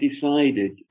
decided